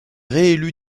réélu